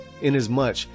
inasmuch